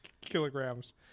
kilograms